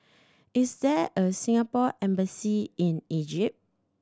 is there a Singapore Embassy in Egypt